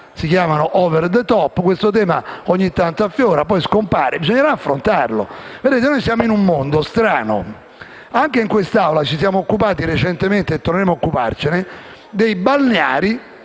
gli *over the top*. Questo tema ogni tanto affiora e poi scompare e bisognerà affrontarlo. Noi siamo in un mondo strano. Anche in quest'Aula ci siamo occupati recentemente (e torneremo ad occuparci) dei balneari